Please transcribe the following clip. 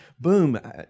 boom